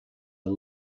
are